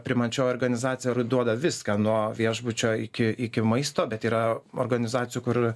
priimančioji organizacija ir duoda viską nuo viešbučio iki iki maisto bet yra organizacijų kur